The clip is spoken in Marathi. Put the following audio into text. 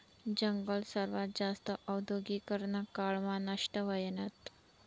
जंगल सर्वात जास्त औद्योगीकरना काळ मा नष्ट व्हयनात